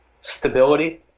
stability